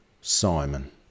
Simon